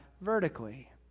vertically